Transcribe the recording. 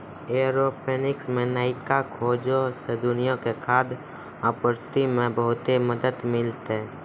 aeroponics मे नयका खोजो से दुनिया के खाद्य आपूर्ति मे बहुते मदत मिलतै